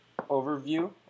overview